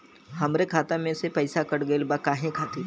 हमरे खाता में से पैसाकट गइल बा काहे खातिर?